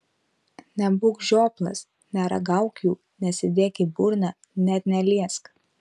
nebūk žioplas neragauk jų nesidėk į burną net neliesk